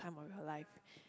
time of your life